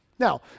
Now